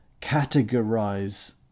categorize